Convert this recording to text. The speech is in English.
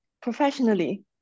professionally